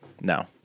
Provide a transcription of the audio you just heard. no